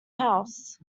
house